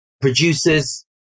producers